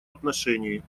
отношении